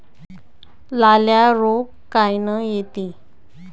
लाल्या रोग कायनं येते?